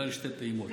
בחלוקה לשתי פעימות.